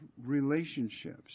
relationships